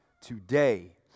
today